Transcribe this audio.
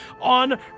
on